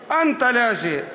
אותו בכלא המתים ואמרו: